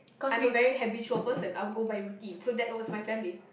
I'm a very habitual person I will go by routine so that was my family